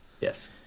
Yes